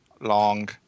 long